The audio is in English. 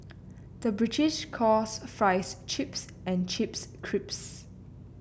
the British calls fries chips and chips crisps